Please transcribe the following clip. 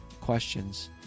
questions